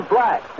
Black